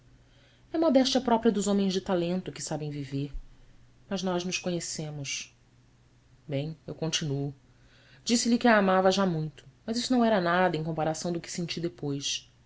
é modéstia própria dos homens de talento que sabem viver mas nós nos conhecemos em eu continuo disse-lhe que a amava já muito mas isso não era nada em comparação do que senti depois